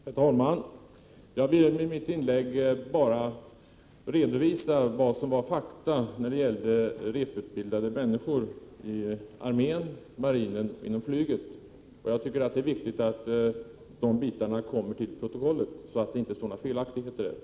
Herr talman! Jag ville med mitt inlägg bara redovisa fakta beträffande repetitionsutbildade människor inom armén, marinen och flyget. Jag tycker att det är viktigt att den biten kommer till protokollet, så att det inte finns några felaktigheter där.